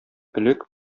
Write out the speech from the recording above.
элек